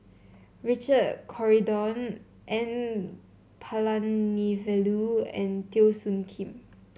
Richard Corridon N Palanivelu and Teo Soon Kim